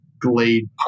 glade